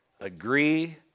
agree